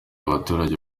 abaturage